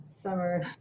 Summer